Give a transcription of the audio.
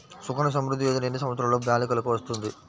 సుకన్య సంవృధ్ది యోజన ఎన్ని సంవత్సరంలోపు బాలికలకు వస్తుంది?